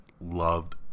Loved